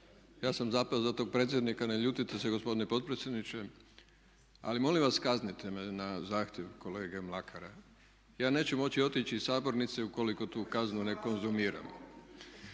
ja sam zapeo za tog predsjednika, ne ljutite se gospodine potpredsjedniče ali molim vas kaznite me na zahtjev kolege Mlakara. Ja neću moći otići iz sabornice ukoliko tu kaznu ne konzumiram.